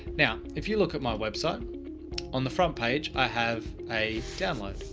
now, if you look at my website on the front page, i have a download.